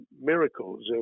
miracles